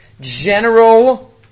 general